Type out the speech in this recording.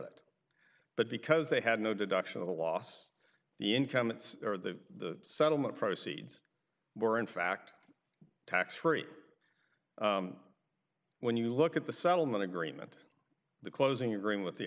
it but because they had no deduction of the loss the income it's or the settlement proceeds were in fact tax free when you look at the settlement agreement the closing agreeing with the